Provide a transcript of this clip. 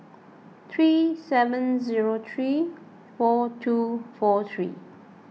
three seven zero three four two four three